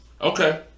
Okay